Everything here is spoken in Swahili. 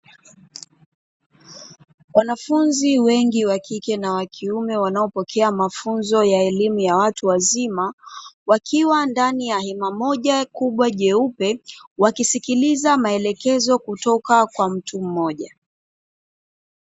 Wanafunzi wengi wa kike na kiume, wanaopokea mafunzo ya elimu ya watu wazima, wakiwa ndani ya hema moja kubwa jeupe, wakisikiliza maelekezo kutoka kwa mtu mmoja.